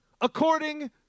According